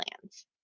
plans